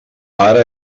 ara